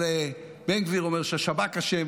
בן גביר אומר שהשב"כ אשם,